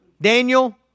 Daniel